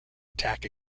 attack